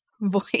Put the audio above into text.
voice